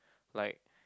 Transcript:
like